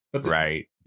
right